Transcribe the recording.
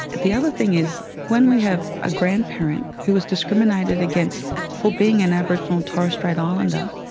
the other thing is when we have a grandparent who was discriminated against for being an aboriginal or torres strait islander,